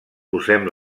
posem